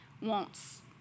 wants